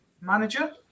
manager